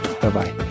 Bye-bye